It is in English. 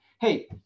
Hey